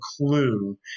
clue